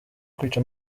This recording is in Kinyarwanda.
kwica